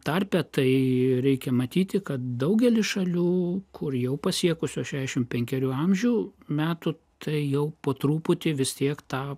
tarpe tai reikia matyti kad daugelyje šalių kur jau pasiekusios šešim penkerių amžių metų tai jau po truputį vis tiek tą